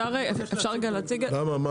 למה?